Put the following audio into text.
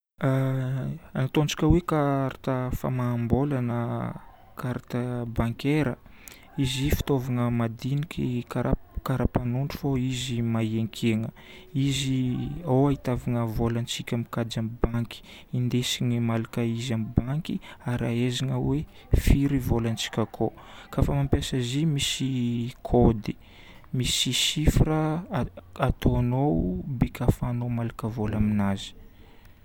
Ataontsika hoe carte famaham-bola na carte bancaire. Izy i fitaovagna madiniky karaha karapanondro fô izy mahenkena. Izy, ao ahitavana volantsika mikajy amin'ny banky, indesigna malaka izy amin'ny banky ary ahaizana hoe firy volantsika akao. Kafa mampiasa azy igny misy code. Misy chiffres ataonao biko ahafahanao malaka vola aminazy.